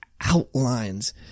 outlines